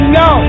no